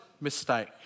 mistake